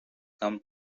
come